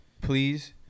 please